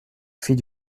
fit